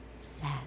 sad